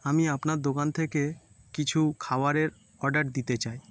আমি আপনার দোকান থেকে কিছু খাওয়ারের অর্ডার দিতে চাই